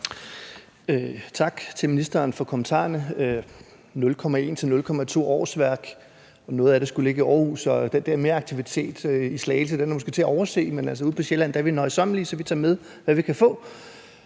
Tak til ministeren for kommentarerne. Der er tale om 0,1-0,2 årsværk, og noget af det skal ligge i Aarhus, så det der med mere aktivitet i Slagelse er måske til at overse. Men altså, ude på Sjælland er vi nøjsomme, så vi tager med, hvad vi kan få.